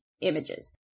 images